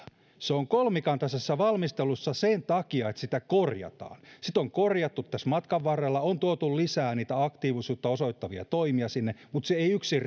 se on kolmikantaisessa valmistelussa sen takia että sitä korjataan sitä on korjattu tässä matkan varrella on tuotu lisää niitä aktiivisuutta osoittavia toimia mutta se ei yksin